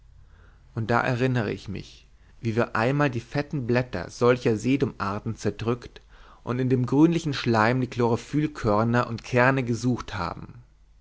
und da erinnere ich mich wie wir einmal die fetten blätter solcher sedumarten zerdrückt und in dem grünlichen schleim die chlorophyllkörner und kerne gesucht haben